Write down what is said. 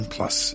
Plus